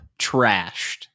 trashed